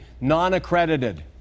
non-accredited